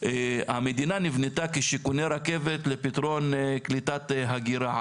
המדינה נבנתה כשיכוני רכבת לפתרון קליטת הגירה,